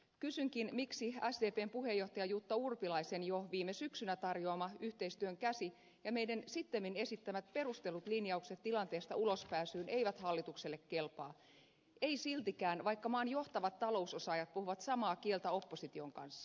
kysynkin miksi sdpn puheenjohtaja jutta urpilaisen jo viime syksynä tarjoama yhteistyön käsi ja meidän sittemmin esittämämme perustellut linjaukset tilanteesta ulospääsyyn eivät hallitukselle kelpaa eivät siltikään vaikka maan johtavat talousosaajat puhuvat samaa kieltä opposition kanssa